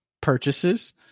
purchases